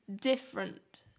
different